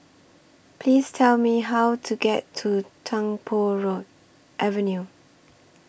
Please Tell Me How to get to Tung Po Road Avenue